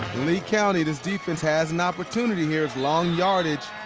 lee county, this defense has an opportunity here, long yardage.